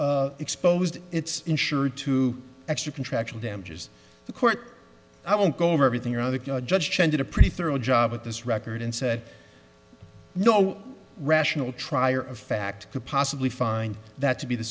exposed it's insured to extra contractual damages the court i won't go over everything on the judge send a pretty thorough job at this record and said no rational trier of fact could possibly find that to be the